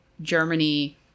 Germany